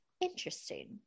interesting